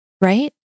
right